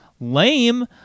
lame